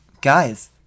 Guys